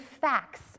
facts